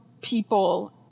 people